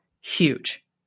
huge